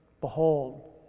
Behold